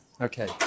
Okay